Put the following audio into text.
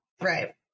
Right